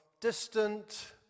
distant